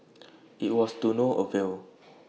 IT was to no avail